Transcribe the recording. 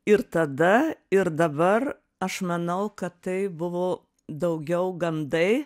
ir tada ir dabar aš manau kad tai buvo daugiau gandai